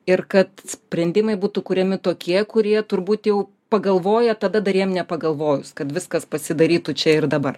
ir kad sprendimai būtų kuriami tokie kurie turbūt jau pagalvoja tada dar jiem nepagalvojus kad viskas pasidarytų čia ir dabar